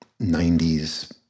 90s